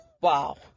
Wow